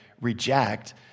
reject